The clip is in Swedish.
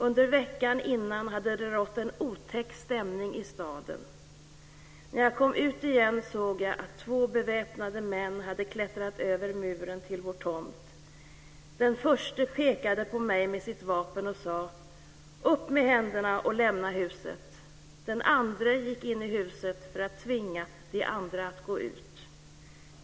Under veckan innan hade det rått en otäck stämning i staden. När jag kom ut igen såg jag att två beväpnade män hade klättrat över muren till vår tomt. Den förste pekade på mig med sitt vapen och sa: 'Upp med händerna och lämna huset!'. Den andre gick in i huset för att tvinga de andra att gå ut.